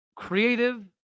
creative